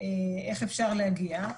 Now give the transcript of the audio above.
איך אפשר להגיע.